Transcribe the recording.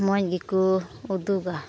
ᱢᱚᱡᱽ ᱜᱮᱠᱚ ᱩᱫᱩᱜᱟ